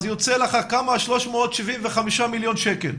יוצא לך 375 מיליון שקלים.